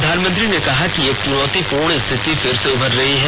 प्रधानमंत्री ने कहा कि एक चुनौतीपूर्ण स्थिति फिर से उभर रही है